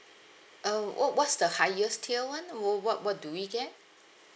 oh what what's the highest tier one wh~ what what do we get